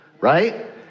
right